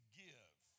give